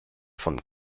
von